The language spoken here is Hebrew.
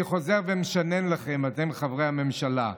אני חוזר ומשנן לכם, אתם חברי הממשלה: